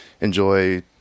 enjoy